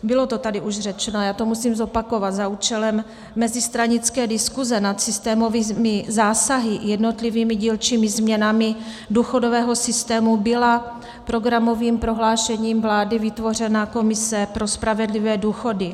Bylo to tady už řečeno a já to musím zopakovat, za účelem mezistranické diskuze nad systémovými zásahy jednotlivými dílčími změnami důchodového systému byla programovým prohlášením vlády vytvořena Komise pro spravedlivé důchody.